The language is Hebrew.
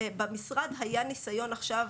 במשרד היה ניסיון עכשיו,